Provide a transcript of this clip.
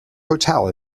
hotel